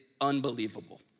unbelievable